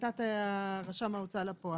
בהחלטת רשם ההוצאה לפועל.